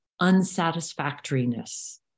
unsatisfactoriness